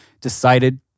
decided